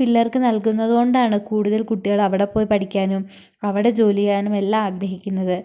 പിള്ളേർക്ക് നല്കുന്നത് കൊണ്ടാണ് കൂടുതൽ കുട്ടികൾ അവിടെപ്പോയി പഠിക്കാനും അവിടെ ജോലി ചെയ്യാനും എല്ലാം ആഗ്രഹിക്കുന്നത്